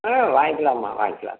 ம் வாங்கிக்கிலாம்மா வாங்கிக்கிலாம்